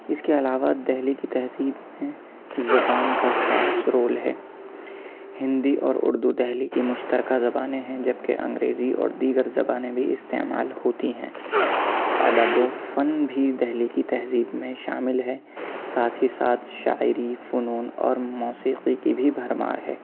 اس کے علاوہ دہلی کی تہذیب میں زبان کا خاص رول ہے ہندی اور اردو دہلی کی مشترکہ زبانیں ہیں جبکہ انگریزی اور دیگر زبانیں بھی استعمال ہوتی ہیں ادب و فن بھی دہلی کی تہذیب میں شامل ہے ساتھ ہی ساتھ شاعری فنون اور موسیقی کی بھی بھرمار ہے